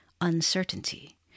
uncertainty